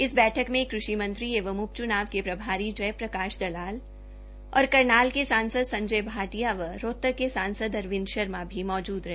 इस बैठक में कृषि मंत्री एवं उप च्नाव के प्रभारी जय प्रकाश दलाल व और करनाल के सांसद संजय भाटिया व रोहतक के सांसद अरविंद शर्मा मौजूद रहे